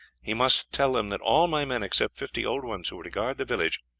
he must tell them that all my men, except fifty old ones who were to guard the village,